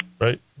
right